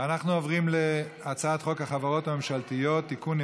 אנחנו עוברים להצעת חוק החברות הממשלתיות (תיקון,